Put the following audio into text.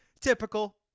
typical